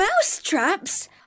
Mousetraps